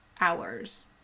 hours